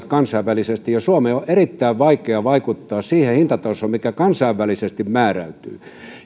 kansainvälisesti ja suomen on erittäin vaikea vaikuttaa siihen hintatasoon mikä kansainvälisesti määräytyy